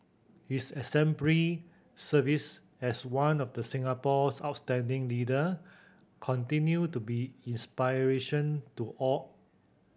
his exemplary service as one of the Singapore's outstanding leader continue to be inspiration to all